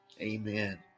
Amen